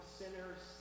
sinners